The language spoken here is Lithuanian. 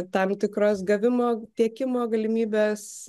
tam tikros gavimo tiekimo galimybės